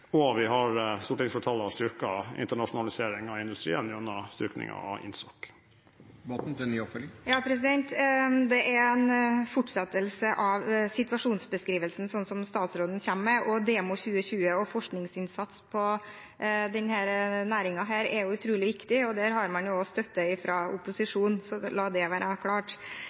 og stortingsflertallet har styrket internasjonaliseringen av industrien gjennom styrkingen av INTSOK. Det er en fortsettelse av situasjonsbeskrivelsen som statsråden kommer med. Demo 2020 og forskningsinnsats i denne næringen er utrolig viktig, og på det har man også støtte fra opposisjonen – la det være klart.